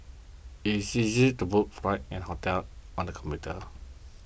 it is easy to book flights and hotels on the computer